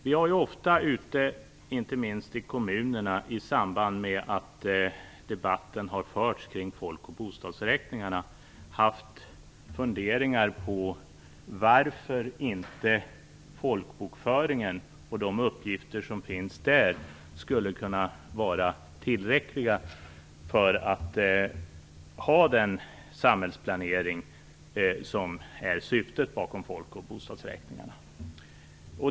Vi har ofta, inte minst i kommunerna i samband med att debatten har förts kring folk och bostadsräkningarna, haft funderingar på varför folkbokföringen och de uppgifter som finns där inte skulle kunna vara tillräckliga för att ha den samhällsplanering som är syftet bakom folk och bostadsräkningarna.